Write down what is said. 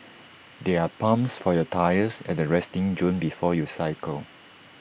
there are pumps for your tyres at the resting zone before you cycle